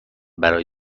برای